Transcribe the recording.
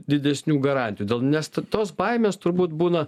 didesnių garantijų dėl nes to tos baimės turbūt būna